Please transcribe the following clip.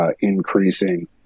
increasing